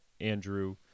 Andrew